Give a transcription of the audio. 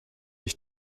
ich